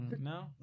No